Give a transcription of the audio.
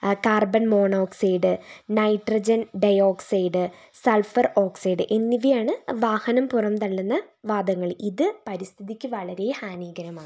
carbon monoxide nitrogen dioxide sulphur oxide എന്നിവയാണ് വാഹനം പുറന്തള്ളുന്ന വാതകങ്ങൾ ഇത് പരിസ്ഥിതിക്കു വളരേ ഹാനീകരമാണ്